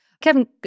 Kevin